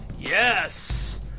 Yes